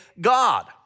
God